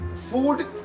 Food